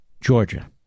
Georgia